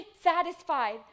satisfied